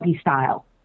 style